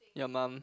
your mum